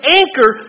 anchor